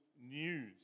news